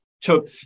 took